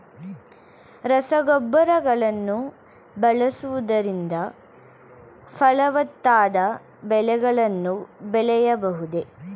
ರಸಗೊಬ್ಬರಗಳನ್ನು ಬಳಸುವುದರಿಂದ ಫಲವತ್ತಾದ ಬೆಳೆಗಳನ್ನು ಬೆಳೆಯಬಹುದೇ?